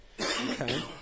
Okay